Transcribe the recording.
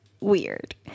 weird